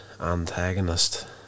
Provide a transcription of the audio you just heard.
antagonist